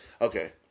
okay